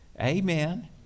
Amen